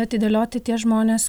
atidėlioti tie žmonės